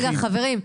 רגע, חברים.